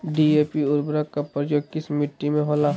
DAP उर्वरक का प्रयोग किस मिट्टी में होला?